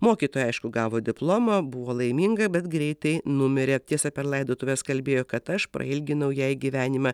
mokytoja aišku gavo diplomą buvo laiminga bet greitai numirė tiesa per laidotuves kalbėjo kad aš prailginau jai gyvenimą